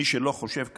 מי שלא חושב כמונו,